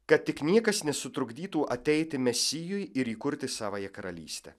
kad tik niekas nesutrukdytų ateiti mesijui ir įkurti savąją karalystę